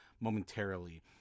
momentarily